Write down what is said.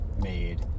made